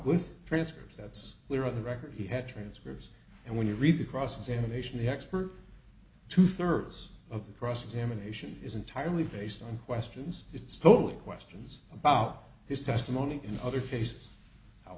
with transfers that's clear on the record he had transcripts and when you read the cross examination the expert two thirds of the cross examination is entirely based on questions it's totally questions about his testimony in other cases how